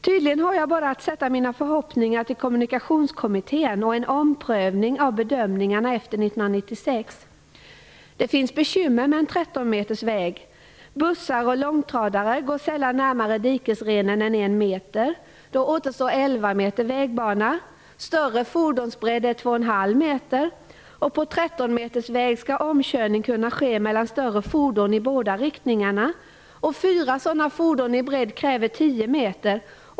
Tydligen har jag bara att sätta mina förhoppningar till Kommunikationskommittén och en omprövning av bedömningarna efter 1996. Det finns bekymmer med en 13-metersväg. Bussar och långtradare går sällan närmare dikesrenen än 1 meter. Då återstår 11 meter vägbana. Större fordonsbredd är 2,5 meter. På 13-metersväg skall omkörning kunna ske mellan större fordon i båda riktningarna. Fyra sådana fordon i bredd kräver 10 meter.